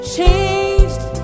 Changed